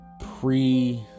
pre